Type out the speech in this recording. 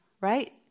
right